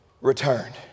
returned